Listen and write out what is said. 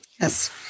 Yes